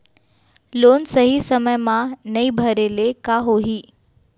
Loan सही समय मा नई भरे ले का होही?